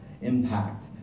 impact